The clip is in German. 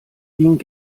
ging